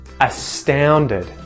astounded